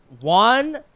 One